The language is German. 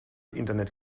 internet